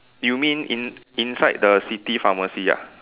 you mean in inside the city pharmacy ah